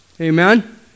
Amen